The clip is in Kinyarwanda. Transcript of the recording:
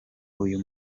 uyu